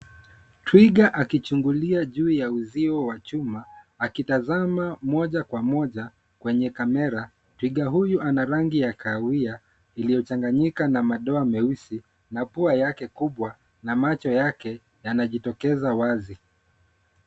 Twiga akichungulia juu ya uzio wa chuma, akitazama moja kwa moja kwenye kamera. Twiga huyu ana rangi ya kahawia, iliyochanganyika na madoa meusi na pua yake kubwa na macho yake yanajitokeza wazi.